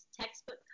textbook